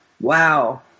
Wow